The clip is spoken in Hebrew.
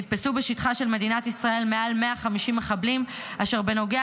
נתפסו בשטחה של מדינת ישראל מעל 150 מחבלים אשר בנוגע